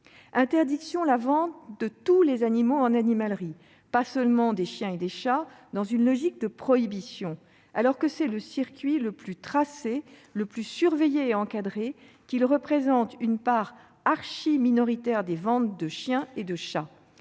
l'interdiction de vente de tous les animaux en animalerie, et pas seulement des chiens et des chats, dans une logique de prohibition. Pourtant, c'est le circuit le plus tracé, le plus surveillé et encadré. Il représente une part archiminoritaire des ventes de chiens et de chats,